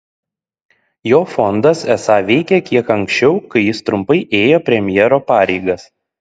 jo fondas esą veikė kiek anksčiau kai jis trumpai ėjo premjero pareigas